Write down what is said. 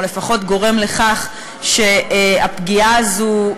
או לפחות גורם לכך שהפגיעה הזאת,